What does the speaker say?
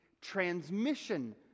transmission